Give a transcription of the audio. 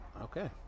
okay